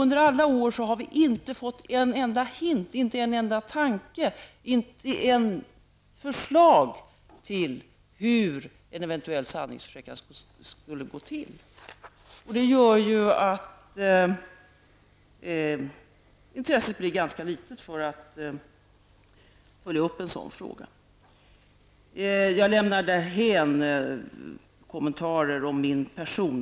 Under alla år har vi inte fått en enda hint, inte en enda tanke, inte ett förslag till hur eneventuell sanningsförsäkran skulle gå till. Detta gör att intresset för att följa upp en sådan fråga blir ganska litet. Jag lämnar därhän kommentarer om min person.